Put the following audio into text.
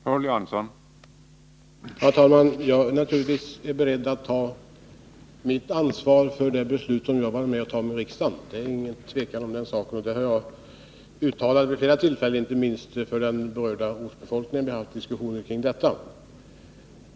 Herr talman! Jag är naturligtvis beredd att ta mitt ansvar för det beslut som jag var med om att fatta i riksdagen — det är ingen tvekan om den saken. Det har jag uttalat vid flera tillfällen, inte minst inför den berörda ortsbefolkningen. Vi har haft diskussioner omkring detta.